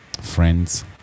friends